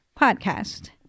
podcast